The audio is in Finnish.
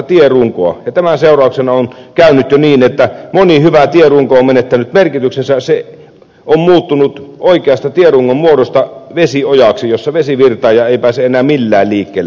ja tämän seurauksena on käynyt jo niin että moni hyvä tierunko on menettänyt merkityksensä se on muuttunut oikeasta tierungon muodosta vesiojaksi jossa vesi virtaa ja jossa ei pääse enää millään liikkeelle